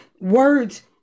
words